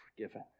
forgiven